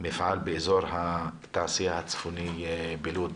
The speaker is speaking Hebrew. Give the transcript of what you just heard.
מפעל באזור התעשייה הצפוני בלוד.